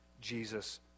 Jesus